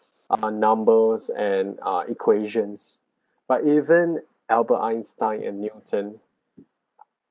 ah man~ numbers and ah equations but even albert einstein and newton